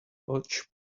hotch